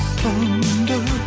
thunder